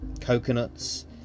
coconuts